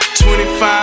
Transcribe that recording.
25